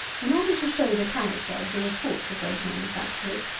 in order to show the character of the reports of those manufacturers,